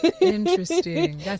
interesting